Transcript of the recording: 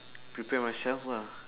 prepare myself ah